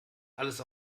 alles